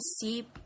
see